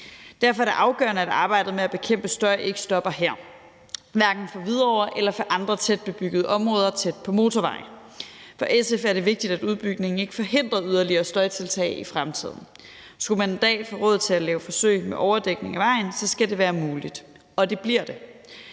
Derfor er det afgørende, at arbejdet med at bekæmpe støj ikke stopper her, hverken for Hvidovre eller for andre tætbebyggede områder tæt på motorvejen. For SF er det vigtigt, at udbygningen ikke forhindrer yderligere støjtiltag i fremtiden. Skulle man en i dag få råd til at lave forsøg med overdækning af vejen, skal det være muligt – og det bliver det.